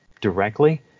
directly